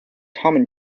common